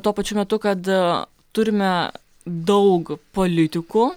tuo pačiu metu kad turime daug politikų